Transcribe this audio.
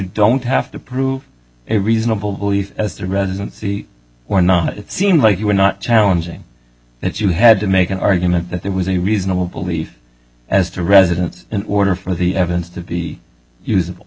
don't have to prove a reasonable belief as to residency or not it seemed like you were not challenging that you had to make an argument that there was a reasonable belief as to residence in order for the evidence to be usable